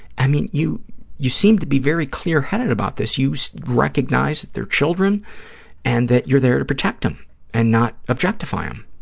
i mean, you you seem to be very clear-headed about this. you recognize that they're children and that you're there to protect them and not objectify um